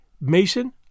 Mason